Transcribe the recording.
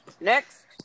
next